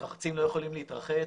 המתרחצים לא יכולים להתרחץ.